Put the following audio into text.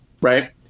right